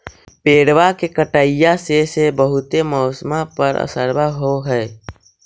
पेड़बा के कटईया से से बहुते मौसमा पर असरबा हो है?